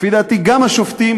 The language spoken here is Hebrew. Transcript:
לפי דעתי גם השופטים,